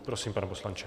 Prosím, pane poslanče.